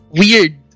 weird